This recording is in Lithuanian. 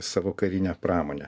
savo karinę pramonę